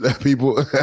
people